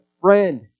friend